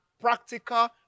practical